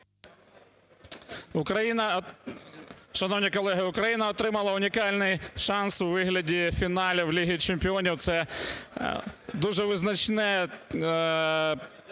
Україна отримала унікальний шанс у вигляді фіналів Ліги чемпіонів. Це дуже визначна